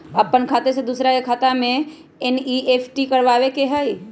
अपन खाते से दूसरा के खाता में एन.ई.एफ.टी करवावे के हई?